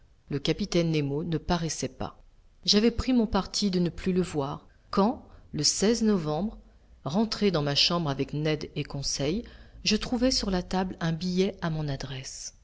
le capitaine nemo ne paraissait pas j'avais pris mon parti de ne plus le voir quand le novembre rentré dans ma chambre avec ned et conseil je trouvai sur la table un billet à mon adresse